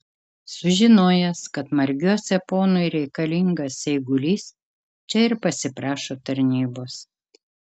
sužinojęs kad margiuose ponui reikalingas eigulys čia ir pasiprašo tarnybos